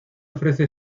ofrece